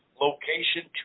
location